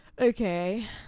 Okay